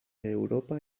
europa